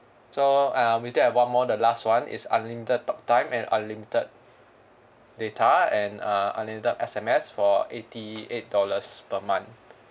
so uh we do have one more the last one is unlimited talk time and unlimited data and uh unlimited S_M_S for eighty eight dollars per month